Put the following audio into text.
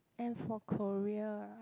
and for Korea ah